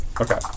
Okay